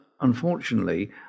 Unfortunately